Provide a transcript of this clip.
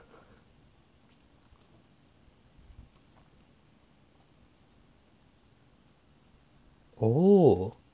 oh